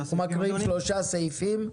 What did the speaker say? אנחנו מקריאים שלושה סעיפים,